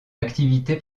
activité